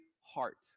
heart